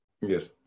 Yes